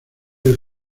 del